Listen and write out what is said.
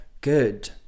good